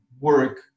work